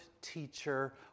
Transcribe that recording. teacher